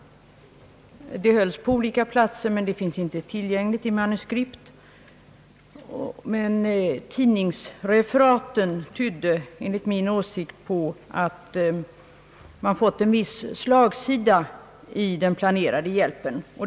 Det hölls på olika platser men finns inte tillgängligt i manuskript. Tidningsreferaten tydde dock på att den planerade hjälpen hade fått en viss slagsida.